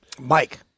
Mike